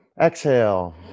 exhale